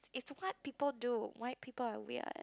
eh to what people do white people are weird